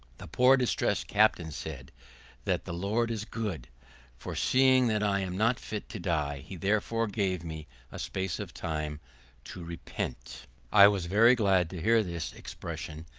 the poor distressed captain said that the lord is good for, seeing that i am not fit to die, he therefore gave me a space of time to repent i was very glad to hear this expression,